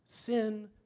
Sin